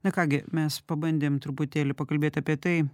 na ką gi mes pabandėm truputėlį pakalbėt apie tai